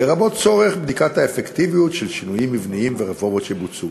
לרבות צורך בדיקת האפקטיביות של שינויים מבניים ורפורמות שבוצעו.